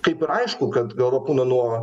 kaip ir aišku kad galva pūna nuo